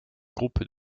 groupe